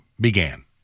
began